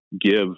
give